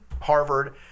Harvard